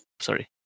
sorry